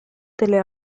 delle